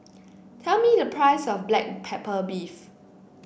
tell me the price of Black Pepper Beef